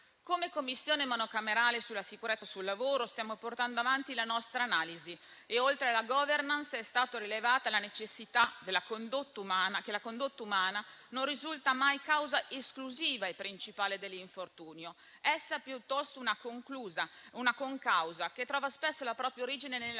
Come Commissione monocamerale sulla sicurezza sul lavoro stiamo portando avanti la nostra analisi e, oltre alla *governance*, è stato rilevato che la condotta umana non risulta mai causa esclusiva e principale dell'infortunio. Essa è piuttosto una concausa che trova spesso la propria origine